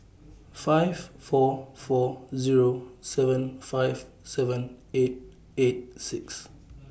five four four Zero seven five seven eight eight six